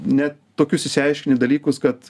ne tokius išsiaiškini dalykus kad